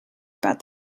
about